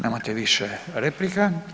Nemate više replika.